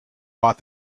bought